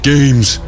Games